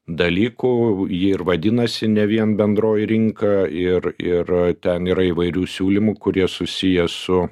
dalykų ji ir vadinasi ne vien bendroji rinka ir ir ten yra įvairių siūlymų kurie susiję su